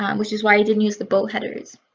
um which is why i didn't use the bow headers.